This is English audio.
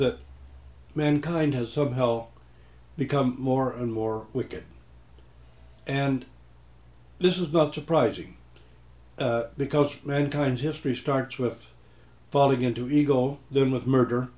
that mankind has somehow become more and more wicked and this is not surprising because mankind history starts with falling into eagle then with murder